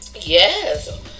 yes